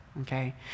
okay